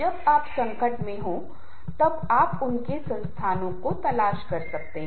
जब आप संकट में हों तब आप उनके संसाधनों की तलाश कर सकते हैं